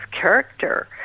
character